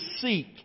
seek